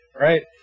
Right